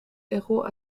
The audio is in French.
héros